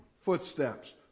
footsteps